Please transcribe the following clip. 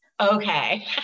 Okay